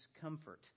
comfort